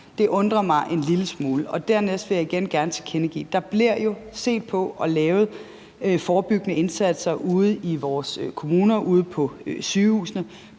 gerne tilkendegive, at der jo bliver set på og lavet forebyggende indsatser ude i vores kommuner, ude på sygehusene.